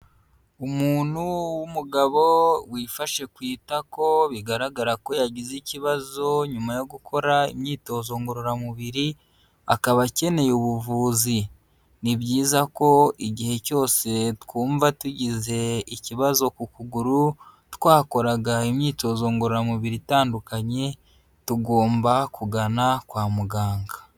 Umuntu w'umugabo wifashe ku itako bigaragara ko yagize ikibazo, nyuma yo gukora imyitozo ngororamubiri, akaba akeneye ubuvuzi, ni byiza ko igihe cyose twumva tugize ikibazo ku kuguru twakoraga imyitozo ngororamubiri itandukanye, tugomba kugana kwa muganga.